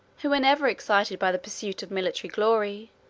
who were never excited by the pursuit of military glory,